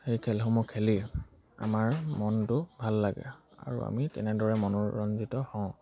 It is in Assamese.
সেই খেলসমূহ খেলি আমাৰ মনটো ভাল লাগে আৰু আমি তেনেদৰে মনোৰঞ্জিত হওঁ